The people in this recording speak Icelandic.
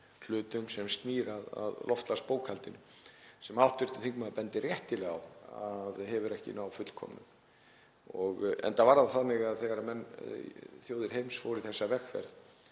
hlutum sem snúa að loftslagsbókhaldinu sem hv. þingmaður bendir réttilega á að hefur ekki náð fullkomnun, enda var það þannig að þegar þjóðir heims fóru í þessa vegferð